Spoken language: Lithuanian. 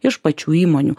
iš pačių įmonių